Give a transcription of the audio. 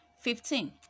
Fifteen